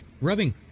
rubbing